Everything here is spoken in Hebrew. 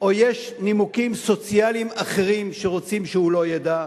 או שיש נימוקים סוציאליים אחרים שרוצים שהוא לא ידע.